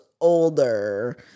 older